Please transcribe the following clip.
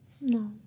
No